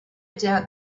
doubt